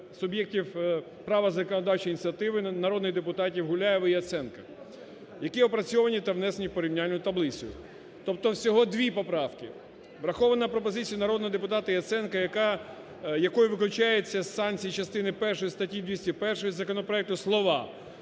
суб'єктів права законодавчої ініціативи народних депутатів Гуляєва і Яценка, які опрацьовані та внесені в порівняльну таблицю. Тобто всього дві поправки. Врахована пропозиція народного депутата Яценка, якою виключаються з санкцій частини першої статті 201 законопроекту слова